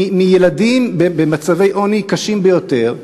מילדים במצבי עוני קשים ביותר,